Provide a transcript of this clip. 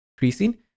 increasing